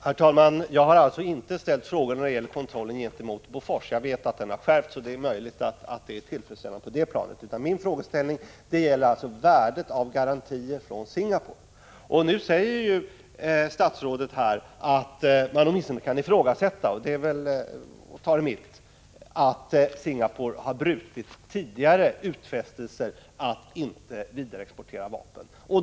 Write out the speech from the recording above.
Herr talman! Jag har alltså inte ställt frågor när det gäller kontrollen gentemot Bofors. Jag vet att den har skärpts, och det är möjligt att det är tillfredsställande på det planet. Min fråga gäller värdet av garantier från Singapore. Nu säger statsrådet att man åtminstone kan ifrågasätta — vilket är milt — om Singapore tidigare har brutit mot utfästelser att inte vidareexportera vapen.